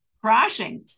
crashing